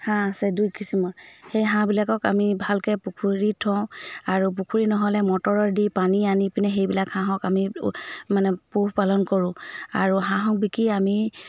হাঁহ আছে দুই কিছিমৰ সেই হাঁহবিলাকক আমি ভালকৈ পুখুৰী থওঁ আৰু পুখুৰী নহ'লে মটৰৰ দি পানী আনি পিনে সেইবিলাক হাঁহক আমি মানে পোহ পালন কৰোঁ আৰু হাঁহক বিকি আমি